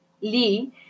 Lee